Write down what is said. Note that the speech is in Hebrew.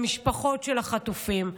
למשפחות של החטופים.